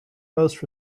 most